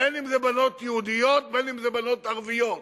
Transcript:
בין שאלה בנות יהודיות, בין שאלה בנות ערביות,